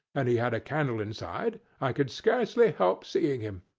and he had a candle inside, i could scarcely help seeing him.